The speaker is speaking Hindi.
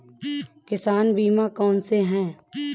किसान बीमा कौनसे हैं?